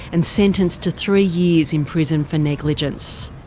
and sentenced to three years in prison for negligence.